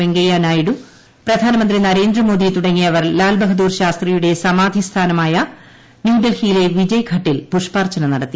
വെങ്കയ്യനായിഡു പ്രധാനമന്ത്രി നരേന്ദ്രമോദി തുടങ്ങിയവർ ലാൽബഹാദൂർ ശാസ്ത്രിയുടെ സമാധി സ്മാനമായ ന്യൂഡൽഹിയിലെ വിജയ്ഘട്ടിൽ പുഷ്പാർച്ചന നടത്തി